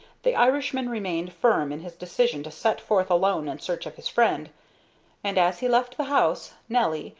the irishman remained firm in his decision to set forth alone in search of his friend and as he left the house nelly,